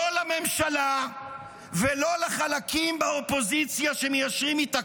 לא לממשלה ולא לחלקים באופוזיציה שמיישרים איתה